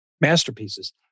masterpieces